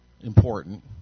important